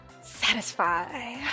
Satisfy